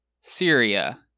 Syria